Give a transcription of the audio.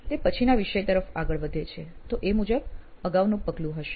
તે પછીના વિષય તરફ આગળ વધે છે તો એ મુજબ અગાઉનું પગલું હશે